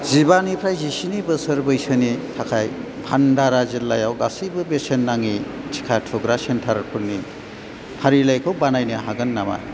जिबानिफ्राय जिसिनि बोसोर बैसोनि थाखाय भान्दारा जिल्लायाव गासैबो बेसेन नाङि टिका थुग्रा सेन्टारफोरनि फारिलाइखौ बानायनो हागोन नामा